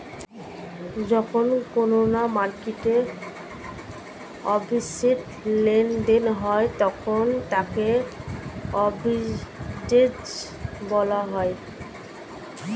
যখন কোনো মার্কেটে অ্যাসেট্ লেনদেন হয় তখন তাকে আর্বিট্রেজ বলা হয়